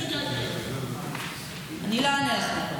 הכנסת אורית פרקש הכהן, אינה נוכחת,